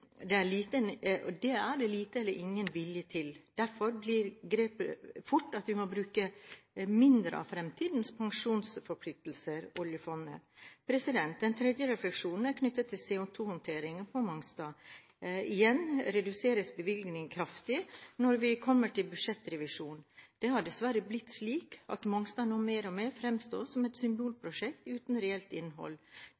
er det liten eller ingen vilje til. Derfor blir grepet fort at vi må bruke mindre av fremtidens pensjonsforpliktelser – oljeformuen. Den tredje refleksjonen er knyttet til CO2-håndteringen på Mongstad. Igjen reduseres bevilgningene kraftig når vi kommer til budsjettrevisjon. Det har dessverre blitt slik at Mongstad nå mer og mer fremstår som et